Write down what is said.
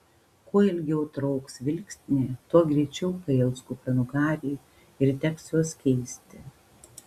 kuo ilgiau trauks vilkstinė tuo greičiau pails kupranugariai ir teks juos keisti